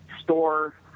store